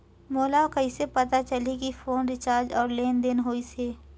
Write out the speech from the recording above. मोला कइसे पता चलही की फोन रिचार्ज और लेनदेन होइस हे?